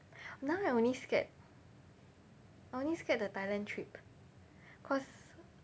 now I only scared I only scared the Thailand trip cause